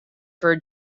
for